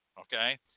okay